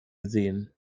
gesehen